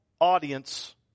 audience